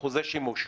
אחוזי שימוש?